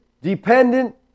dependent